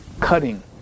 cutting